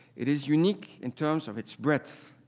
it is unique in terms of its breadth,